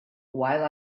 while